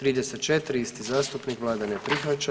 34. isti zastupnik, Vlada ne prihvaća.